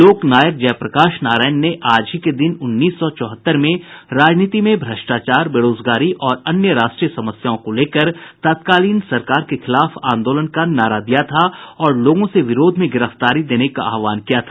लोक नायक जयप्रकाश नारायण ने आज ही के दिन उन्नीस सौ चौहत्तर में राजनीति में भ्रष्टाचार बेरोजगारी और अन्य राष्ट्रीय समस्याओं को लेकर तत्कालीन सरकार के खिलाफ आंदोलन का नारा दिया था और लोगों से विरोध में गिरफ्तारी देने का आहवान किया था